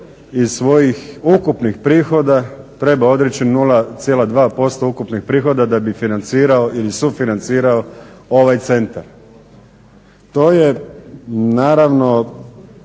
iz svojih ukupnih prihoda treba odreći 0,2% ukupnih prihoda da bi financirao ili sufinancirao ovaj centar? To je naravno